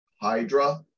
hydra